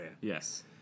Yes